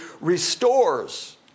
restores